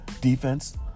defense